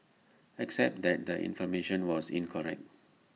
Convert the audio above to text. except that the information was incorrect